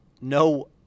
no